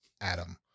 Adam